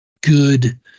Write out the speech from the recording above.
good